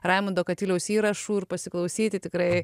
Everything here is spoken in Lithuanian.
raimundo katiliaus įrašų ir pasiklausyti tikrai